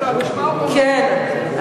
כן,